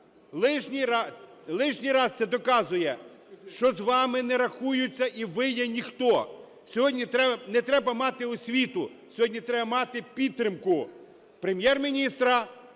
Лишній раз це доказує, що з вами не рахуються і ви є ніхто. Сьогодні не треба мати освіту, сьогодні треба мати підтримку Прем’єр-міністра,